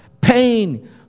Pain